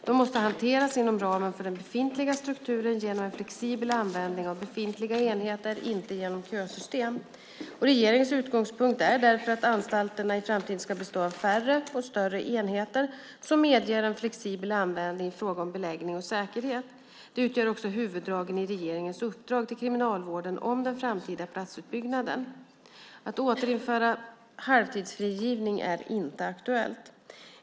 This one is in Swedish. De måste hanteras inom ramen för den befintliga strukturen genom en flexibel användning av befintliga enheter, inte genom kösystem. Regeringens utgångspunkt är därför att anstalterna i framtiden ska bestå av färre och större enheter som medger en flexibel användning i fråga om beläggning och säkerhet. Detta utgör också huvuddragen i regeringens uppdrag till Kriminalvården om den framtida platsutbyggnaden. Att återinföra halvtidsfrigivning är inte aktuellt.